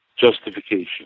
justification